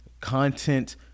content